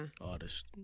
Artist